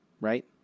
Right